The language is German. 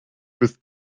bist